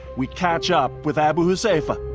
we catch up with abu huzaifa.